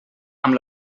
amb